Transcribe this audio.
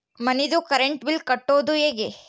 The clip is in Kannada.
ಮನಿದು ಕರೆಂಟ್ ಬಿಲ್ ಕಟ್ಟೊದು ಹೇಗೆ?